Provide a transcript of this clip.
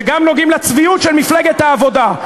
שגם נוגעים לצביעות של מפלגת העבודה,